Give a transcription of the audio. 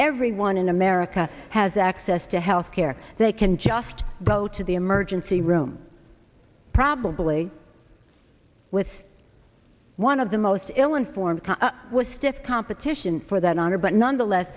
everyone in america has access to health care they can just go to the emergency room probably with one of the most ill informed was stiff competition for that honor but nonetheless